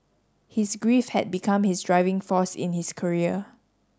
his grief had become his driving force in his career